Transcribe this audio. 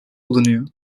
bulunuyor